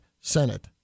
Senate